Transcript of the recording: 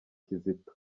kizito